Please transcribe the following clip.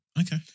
Okay